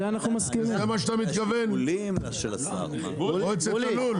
לזה אתה מתכוון מועצת הלול?